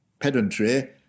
pedantry